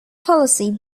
fallacy